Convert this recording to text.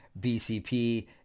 bcp